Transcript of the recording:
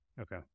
Okay